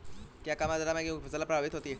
क्या कम आर्द्रता से गेहूँ की फसल प्रभावित होगी?